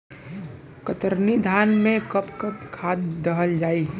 कतरनी धान में कब कब खाद दहल जाई?